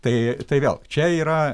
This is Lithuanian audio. tai tai vėl čia yra